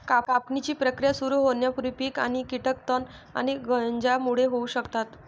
कापणीची प्रक्रिया सुरू होण्यापूर्वी पीक आणि कीटक तण आणि गंजांमुळे होऊ शकतात